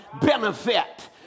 benefit